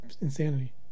insanity